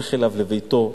הולך אליו לביתו,